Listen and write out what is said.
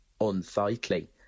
unsightly